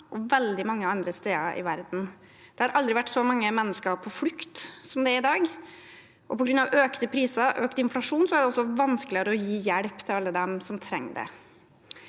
og veldig mange andre steder i verden. Det har aldri vært så mange mennesker på flukt som det er i dag, og på grunn av økte priser og økt inflasjon er det også vanskeligere å gi hjelp til alle dem som trenger det.